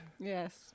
Yes